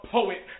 poet